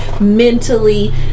Mentally